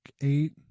eight